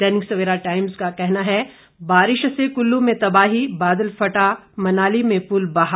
दैनिक Savera Times का कहना है बारिश से कुल्लू में तबाही बादल फटा मनाली में पुल बहा